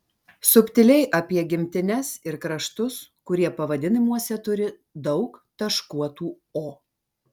subtiliai apie gimtines ir kraštus kurie pavadinimuose turi daug taškuotų o